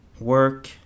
work